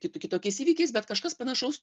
kitu kitokiais įvykiais bet kažkas panašaus